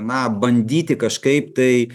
na bandyti kažkaip tai